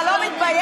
אתה לא מתבייש?